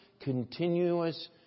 continuous